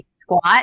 squat